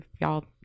Y'all